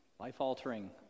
Life-altering